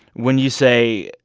when you say,